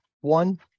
One